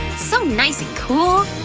so nice and cool!